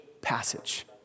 passage